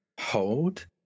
hold